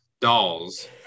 dolls